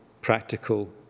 practical